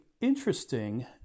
interesting